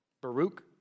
Baruch